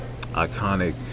iconic